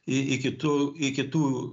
i iki tų iki tų